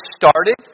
started